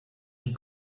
die